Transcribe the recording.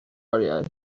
oriau